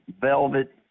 velvet